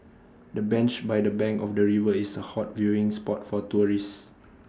the bench by the bank of the river is A hot viewing spot for tourists